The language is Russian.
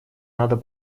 надо